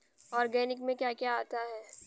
Organic में क्या क्या आता है?